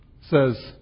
says